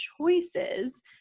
choices